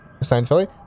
essentially